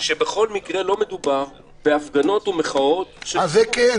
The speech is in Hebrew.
שבכל מקרה לא מדובר בהפגנות ומחאות --- זה כן.